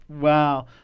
Wow